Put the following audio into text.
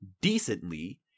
decently